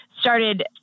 started